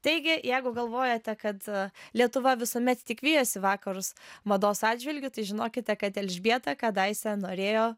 teigia jeigu galvojote kad lietuva visuomet tik vijosi vakarus mados atžvilgiu tai žinokite kad elžbieta kadaise norėjo